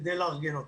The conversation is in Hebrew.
כדי לארגן אותו.